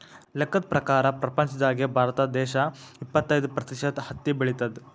ಲೆಕ್ಕದ್ ಪ್ರಕಾರ್ ಪ್ರಪಂಚ್ದಾಗೆ ಭಾರತ ದೇಶ್ ಇಪ್ಪತ್ತೈದ್ ಪ್ರತಿಷತ್ ಹತ್ತಿ ಬೆಳಿತದ್